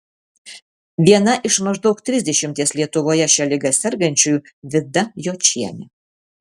viena iš maždaug trisdešimties lietuvoje šia liga sergančiųjų vida jočienė